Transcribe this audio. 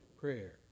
prayer